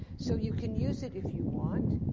so, you can use it if you want,